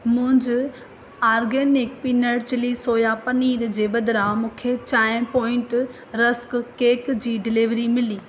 मूंज़ organic peanut chilli soya paneer जे बदिरां मूंखे चांहिं पॉइंट रस्क केक जी डिलेवरी मिली